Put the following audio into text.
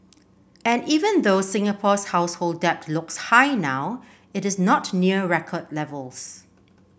and even though Singapore's household debt looks high now it is not near record levels